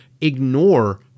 ignore